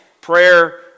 prayer